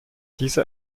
diese